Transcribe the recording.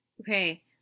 Okay